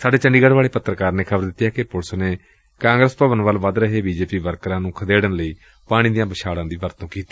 ਸਾਡੇ ਚੰਡੀਗੜੁ ਵਾਲੇ ਪੱਤਰਕਾਰ ਨੇ ਖ਼ਬਰ ਦਿੱਤੀ ਏ ਕਿ ਪੁਲਿਸ ਨੇ ਕਾਂਗਰਸ ਭਵਨ ਵੱਲ ਵਧ ਰਹੇ ਬੀ ਜੇ ਪੀ ਵਰਕਰਾਂ ਨੂੰ ਖਦੇੜਨ ਲਈ ਪਾਣੀ ਦੀਆਂ ਬੁਛਾੜਾਂ ਦੀ ਵਰਤੋਂ ਕੀਤੀ